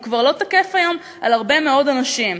זה כבר לא תקף היום לגבי הרבה מאוד אנשים.